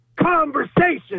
conversation